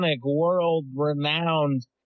world-renowned